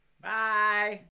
bye